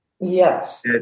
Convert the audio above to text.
Yes